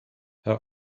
her